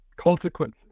consequences